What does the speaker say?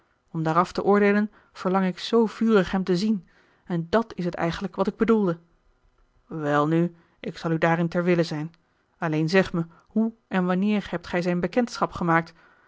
om daaraf te oordeelen verlang ik zoo vurig hem te zien en dat is het eigenlijk wat ik bedoelde welnu ik zal u daarin ter wille zijn alleen zeg me hoe en wanneer hebt gij zijne bekendschap gemaakt